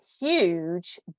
huge